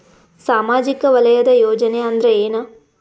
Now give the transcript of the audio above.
ಸಾಮಾಜಿಕ ವಲಯದ ಯೋಜನೆ ಅಂದ್ರ ಏನ?